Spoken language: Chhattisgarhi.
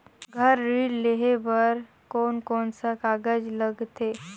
घर ऋण लेहे बार कोन कोन सा कागज लगथे?